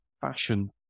fashion